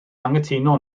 anghytuno